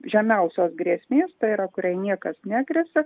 žemiausios grėsmės tai yra kuriai niekas negresia